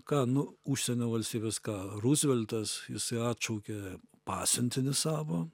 ką nu užsienio valstybės ką ruzveltas jisai atšaukė pasiuntinį savo